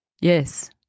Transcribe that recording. Yes